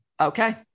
Okay